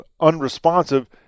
unresponsive